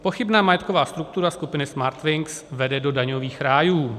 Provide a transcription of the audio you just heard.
Pochybná majetková struktura skupiny Smartwings vede do daňových rájů.